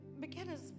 McKenna's